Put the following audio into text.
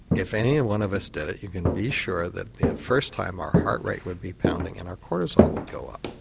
if any one of us did it you can be sure that at the first time our heart rate would be pounding and our cortisol would go up.